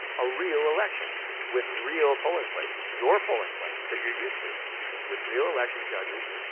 a real election with real polling places, your polling place that you're used to with real election judges,